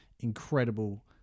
incredible